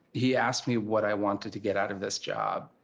he asked me what i wanted to get out of this job,